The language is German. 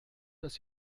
dass